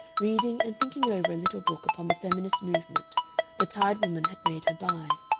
reading and thinking over a little book upon the feminist movement the tired woman had made her buy.